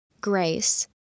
grace